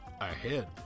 ahead